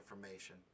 information